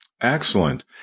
Excellent